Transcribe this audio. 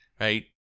right